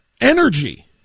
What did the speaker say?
energy